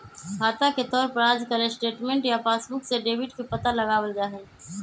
खाता के तौर पर आजकल स्टेटमेन्ट या पासबुक से डेबिट के पता लगावल जा हई